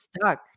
stuck